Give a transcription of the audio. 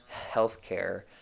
healthcare